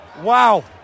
Wow